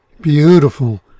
Beautiful